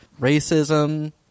Racism